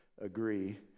agree